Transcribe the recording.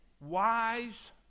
wise